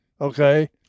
okay